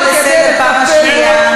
אבל כדי לטפל בו,